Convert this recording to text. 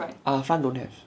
err front don't have